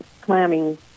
clamming